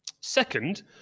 Second